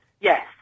Yes